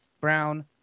Brown